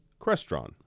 Crestron